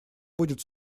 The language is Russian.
будет